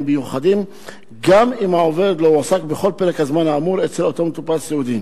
מיוחדים גם אם העובד לא הועסק בכל פרק הזמן האמור אצל אותו מטופל סיעודי.